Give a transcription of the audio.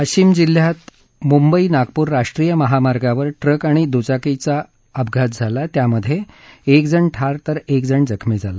वाशिम जिल्ह्यात मुंबई नागपूर राष्ट्रीय महामार्गावर ट्रक आणि दुचाकीच्या अपघातात एकजण ठार तर एकजण जखमी झाला